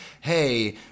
hey